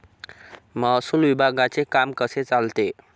महसूल विभागाचे काम कसे चालते?